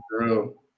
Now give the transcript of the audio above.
true